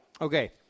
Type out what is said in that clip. Okay